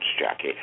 Jackie